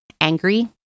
angry